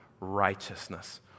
righteousness